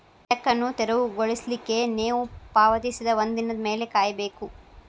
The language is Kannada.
ಚೆಕ್ ಅನ್ನು ತೆರವುಗೊಳಿಸ್ಲಿಕ್ಕೆ ನೇವು ಪಾವತಿಸಿದ ಒಂದಿನದ್ ಮ್ಯಾಲೆ ಕಾಯಬೇಕು